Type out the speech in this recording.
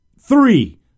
three